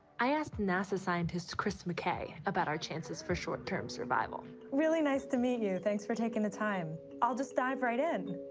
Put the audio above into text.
i asked nasa scientist chris mckay about our chances for short-term survival. really nice to meet you. thanks for taking the time. i'll just dive right in.